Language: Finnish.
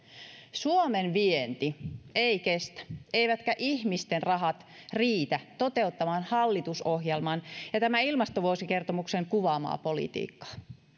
suomen vienti ei kestä eivätkä ihmisten rahat riitä toteuttamaan hallitusohjelman ja tämän ilmastovuosikertomuksen kuvaamaa politiikkaa